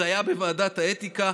זה היה בוועדת האתיקה.